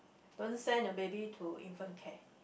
don't sent your baby to infant care